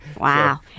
Wow